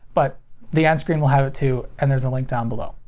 but the endscreen will have it, too. and there's a link down below.